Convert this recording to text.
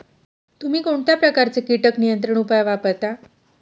तुम्ही कोणत्या प्रकारचे कीटक नियंत्रण उपाय वापरता?